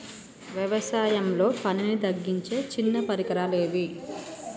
వ్యవసాయంలో పనిని తగ్గించే చిన్న పరికరాలు ఏవి?